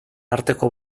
arteko